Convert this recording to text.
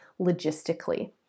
logistically